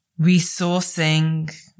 resourcing